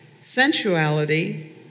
sensuality